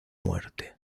muerte